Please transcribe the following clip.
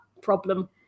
problem